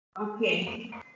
Okay